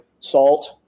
salt